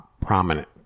Prominent